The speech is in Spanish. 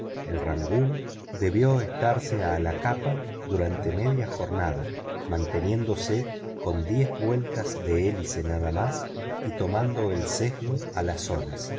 el rangoon debió estarse a la capa durante media jornada manteniéndose con diez vueltas de hélice nada más y tomando de sesgo a las olas